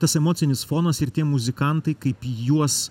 tas emocinis fonas ir tie muzikantai kaip juos